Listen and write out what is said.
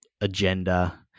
agenda